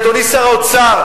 אדוני שר האוצר,